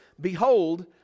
Behold